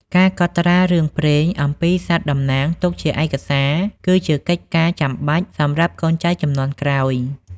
ការកត់ត្រារឿងព្រេងអំពីសត្វតំណាងទុកជាឯកសារ គឺជាកិច្ចការចាំបាច់សម្រាប់កូនចៅជំនាន់ក្រោយ។